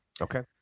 Okay